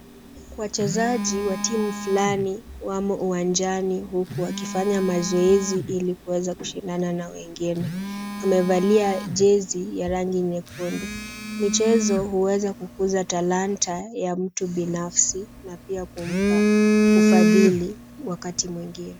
Wachezaji wa timu flani wamo uwanjani huku wakifanya mazoezi ili waweze kushindana na wengine. Wamevalia jezi ya rangi nyekundu. Mchezo huweza kukuza talanta ya mtu binafsi na pia kumpa ufadhili wakati mwingine.